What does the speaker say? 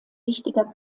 wichtiger